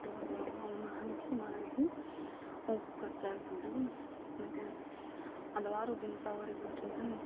ಅಂಗಡಿ ಒಳಗೆ ಅವನ್ನು ಹಾಕಿ ಮಾಡಿದ್ವಿ ಅವು ಖರ್ಚಾಗ್ತಿದ್ದವು ಮತ್ತು ಹಲವಾರು ದಿನಸಾವರಿಗಳು ಸಹಿತ